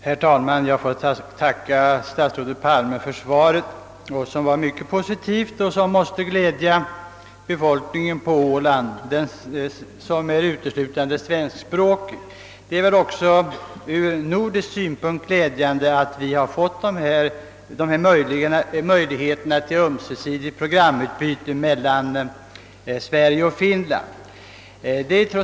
Herr talman! Jag får tacka statsrådet Palme för svaret. Det var mycket positivt och måste glädja Ålands befolkning som är uteslutande svenskspråkig. Det är väl också ur nordisk synpunkt glädjande att vi får dessa möjligheter till ömsesidigt programutbyte mellan Sverige och Finland.